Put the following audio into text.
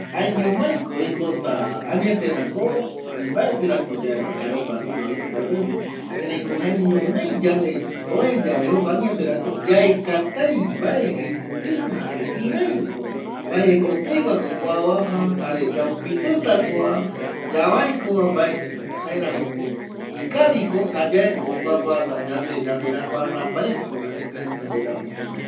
Jaeñomai ko oikota añetera ko ani mbeti ra ko yaeva jae jokua duda oiko yandendie erei ko jaeñomai yande ueyave jokua añete ra ko yaekatai mabe jekopegua jare kirei ko mbae jekopegua kurai uaja jare yaipitita kua, yavai kua mbaetita ko jaeramo ko ikaviko jayae ko okuakuata yande yarakuata mabe ko yande kirei yayapo tenonde koti va.